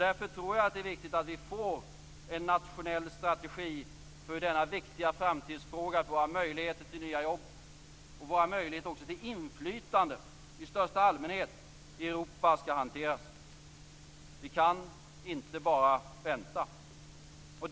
Därför tror jag att det är viktigt att vi får en nationell strategi för hur denna viktiga framtidsfråga för våra möjligheter till nya jobb och våra möjligheter också till inflytande i största allmänhet i Europa skall hanteras. Vi kan inte bara vänta.